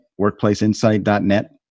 workplaceinsight.net